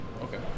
Okay